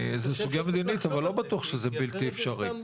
זו סוגיה מדינית, אבל לא בטוח שזה בלתי אפשרי.